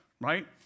right